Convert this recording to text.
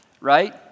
Right